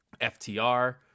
FTR